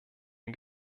den